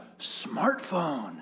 smartphone